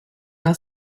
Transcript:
alla